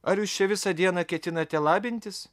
ar jūs čia visą dieną ketinate labintis